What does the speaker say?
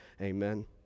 amen